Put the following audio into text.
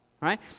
right